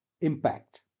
impact